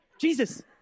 Jesus